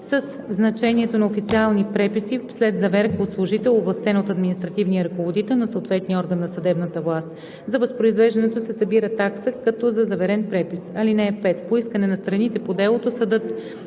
със значението на официални преписи след заверка от служител, овластен от административния ръководител на съответния орган на съдебната власт. За възпроизвеждането се събира такса като за заверен препис. (5) По искане на страните по делото, съдът